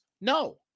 No